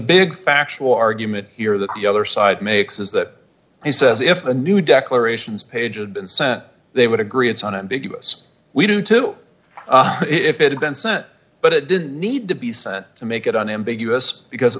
big factual argument here that the other side makes is that he says if the new declarations page of been sent they would agree and so on ambiguous we do too if it had been sent but it didn't need to be sent to make it unambiguous because it